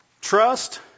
Trust